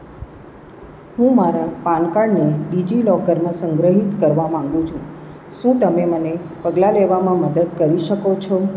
હું મારા પાન કાર્ડને ડિજિલોકરમાં સંગ્રહિત કરવા માગું છું શું તમે મને પગલાં લેવામાં મદદ કરી શકો છો